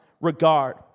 regard